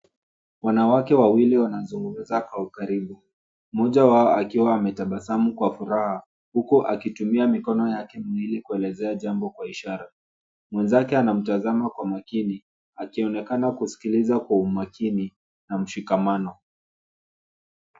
Wanawake wawili wanazugumza kwa ukaribu. Mmoja wao akiwa ametabasamu kwa furaha huku akitumia mikono yake ili kuelezea jambo kwa ishara. Mwenzake anamtazama kwa umakini akionekana kusikiliza kwa umakini na mshikamano.